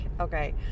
okay